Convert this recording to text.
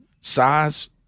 size